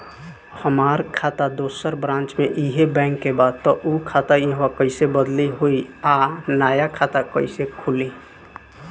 हमार खाता दोसर ब्रांच में इहे बैंक के बा त उ खाता इहवा कइसे बदली होई आ नया खाता कइसे खुली?